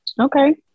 Okay